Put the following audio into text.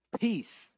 Peace